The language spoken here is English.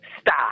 stop